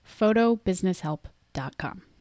photobusinesshelp.com